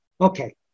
okay